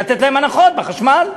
לתת להם הנחות בחשמל.